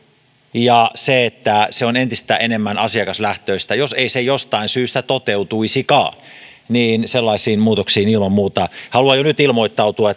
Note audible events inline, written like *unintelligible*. ja että se on entistä enemmän asiakaslähtöistä ja jos se ei jostain syystä toteutuisikaan niin sellaisiin muutoksiin ilman muuta haluan jo nyt ilmoittautua *unintelligible*